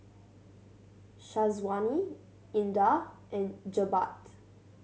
Syazwani Indah and Jebat